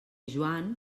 joan